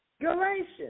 Galatians